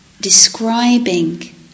describing